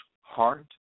heart